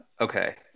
okay